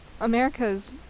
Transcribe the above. America's